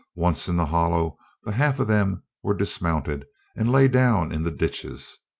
once in the hollow the half of them were dismounted and lay down in the ditches.